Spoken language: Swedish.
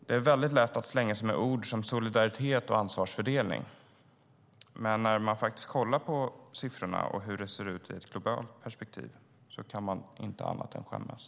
Det är lätt att slänga sig med ord som solidaritet och ansvarsfördelning, men när man tittar på siffrorna och på hur det ser ut i ett globalt perspektiv kan man inte annat än skämmas.